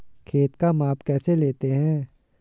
खेत का माप कैसे लेते हैं?